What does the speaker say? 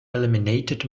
eliminated